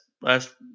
last